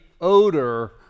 odor